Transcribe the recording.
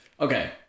Okay